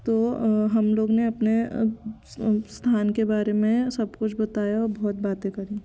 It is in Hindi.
तो हम लोग ने अपने स्थान के बारे में सब कुछ बताया और बहुत बातें करी